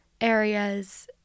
areas